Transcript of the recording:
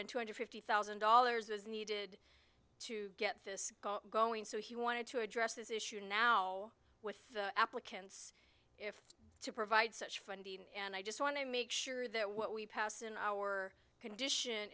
and two hundred fifty thousand dollars was needed to get this going so he wanted to address this issue now with applicants if it's to provide such funding and i just want to make sure that what we pass in our condition